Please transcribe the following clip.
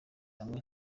hamwe